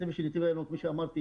הצוות של נתיבי איילון כפי שאמרתי,